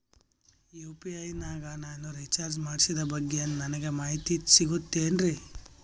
UPI ನಾಗ ನಾನು recharge ಮಾಡಿಸಿದ ಬಗ್ಗೆ ನನಗೆ ಮಾಹಿತಿ ಸಿಗುತೇನ್ರೀ?